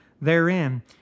therein